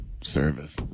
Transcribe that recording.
service